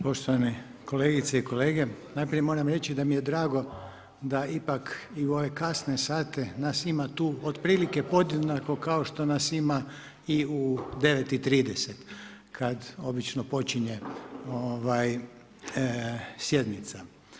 Poštovane kolegice i kolege, najprije moram reći da mi je drago da ipak i u ove kasne sate nas ima tu otprilike podjednako kao što nas ima i u 9,30 kad obično počinje sjednica.